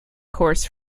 course